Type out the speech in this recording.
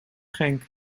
genk